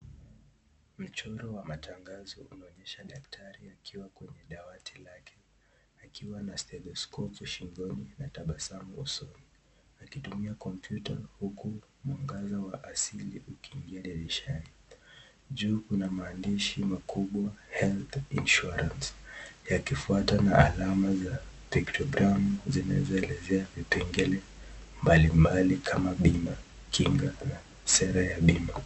Mchoro wa matangazo unaonyesha daktari ya akiwa kwenye dawati lake, akiwa na stethoskopu shingoni na tabasamu usoni. Akitumia kompyuta huku mwangaza wa asili ukiingia dirishani. Juu kuna maandishi makubwa ya health insurance , yakifuatana na alama za tiktoramu zikielezea vipengele mbali mbali kama bima, kinga na sera ya bima.